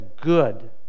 good